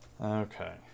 Okay